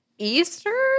Easter